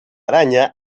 araña